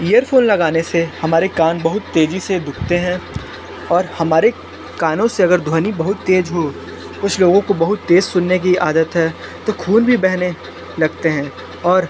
earphone लगाने से हमारे कान बहुत तेजी से दुखते हैं और हमारे कानों से अगर ध्वनि बहुत तेज हो कुछ लोगों को बहुत तेज सुनने की आदत है तो खून भी बहने लगते हैं और